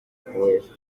kumuhesha